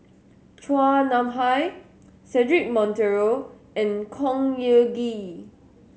Chua Nam Hai Cedric Monteiro and Khor Ean Ghee